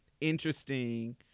interesting